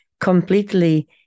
completely